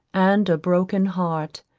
and a broken heart,